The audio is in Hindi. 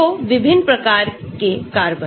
तो विभिन्न प्रकार के कार्बन